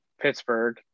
pittsburgh